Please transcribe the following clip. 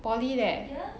poly leh